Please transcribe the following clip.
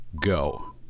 Go